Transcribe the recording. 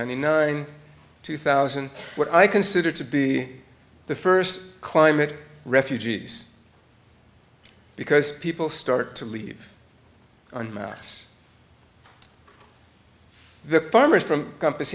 ninety nine two thousand what i consider to be the first climate refugees because people start to leave and mass the farmers from compa